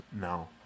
now